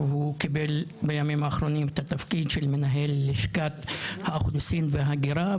בימים האחרונים הוא קיבל את תפקיד מנכ"ל לשכת האוכלוסין וההגירה,